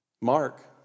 Mark